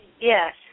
Yes